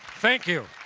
thank you.